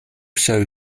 show